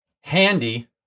Handy